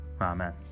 Amen